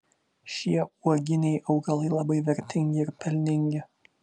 šie uoginiai augalai labai vertingi ir pelningi